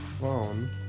phone